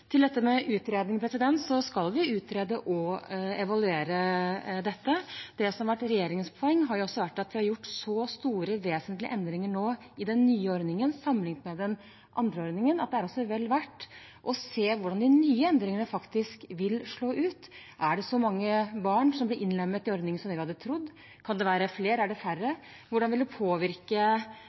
Til dette med utredning: Vi skal utrede og evaluere dette. Det som har vært regjeringens poeng, har vært at vi nå har gjort så store og vesentlige endringer i den nye ordningen sammenlignet med den andre ordningen at det også er vel verdt å se på hvordan de nye endringene faktisk vil slå ut. Er det så mange barn som blir innlemmet i ordningen som det vi hadde trodd? Kan det være flere? Er det færre? Hvordan vil det påvirke